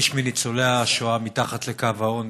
שליש מניצולי השואה מתחת לקו העוני.